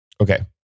Okay